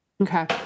okay